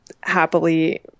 happily